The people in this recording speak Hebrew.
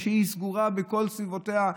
שהיא סגורה בכל סביבותיה,